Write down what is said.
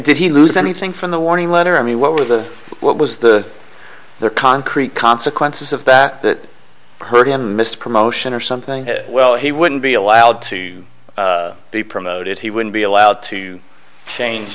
did he lose anything from the warning letter i mean what were the what was the there concrete consequences of that that hurt him miss promotion or something well he wouldn't be allowed to be promoted he wouldn't be allowed to change